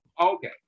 Okay